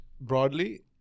broadly